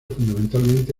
fundamentalmente